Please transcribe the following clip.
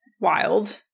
wild